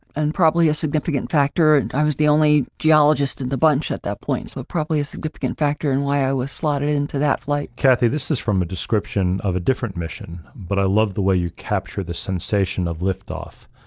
and probably a significant factor. and i was the only geologists in the bunch at that point. so probably a significant factor in why i was slotted into that flight. kathy, this is from a description of a different mission. but i love the way you capture the sensation of liftoff.